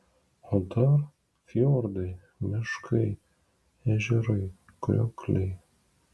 o dar fjordai miškai ežerai kriokliai